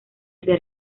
este